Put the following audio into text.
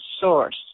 source